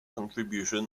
contribution